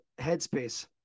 headspace